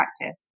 practice